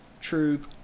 true